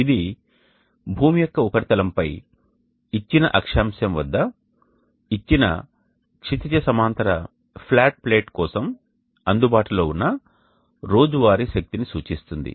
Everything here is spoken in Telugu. ఇది భూమి యొక్క ఉపరితలంపై ఇచ్చిన అక్షాంశం వద్ద ఇచ్చిన క్షితిజ సమాంతర ఫ్లాట్ ప్లేట్ కోసం అందుబాటులో ఉన్న రోజువారీ శక్తిని సూచిస్తుంది